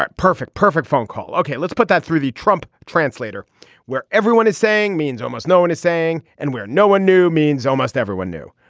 perfect perfect phone call. okay. let's put that through the trump translator where everyone is saying means almost no one is saying and where no one knew means almost everyone knew.